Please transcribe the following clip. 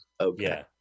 Okay